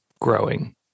growing